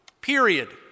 Period